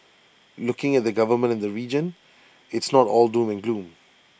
looking at the government in the region it's not all doom and gloom